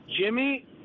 Jimmy